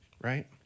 right